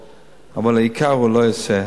אבל את העיקר הוא לא יעשה.